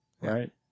Right